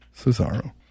Cesaro